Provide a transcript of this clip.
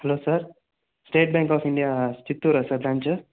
hello sir state bank of India చిత్తూరా sir branch